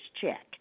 check